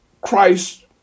Christ